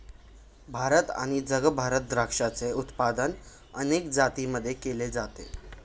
भारत आणि जगभरात द्राक्षाचे उत्पादन अनेक जातींमध्ये केल जात